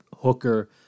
hooker